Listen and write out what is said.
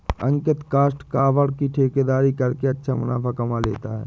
अंकित काष्ठ कबाड़ की ठेकेदारी करके अच्छा मुनाफा कमा लेता है